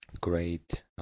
great